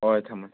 ꯍꯣꯏ ꯊꯝꯃꯦ